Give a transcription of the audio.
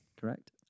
Correct